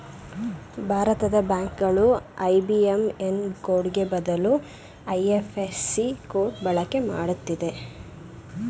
ಭಾರತದ ಬ್ಯಾಂಕ್ ಗಳು ಐ.ಬಿ.ಎಂ.ಎನ್ ಕೋಡ್ಗೆ ಬದಲು ಐ.ಎಫ್.ಎಸ್.ಸಿ ಕೋಡ್ ಬಳಕೆ ಮಾಡುತ್ತಿದೆ